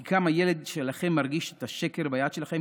כי גם הילד שלכם מרגיש את השקר ביד שלכם,